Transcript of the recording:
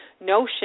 notion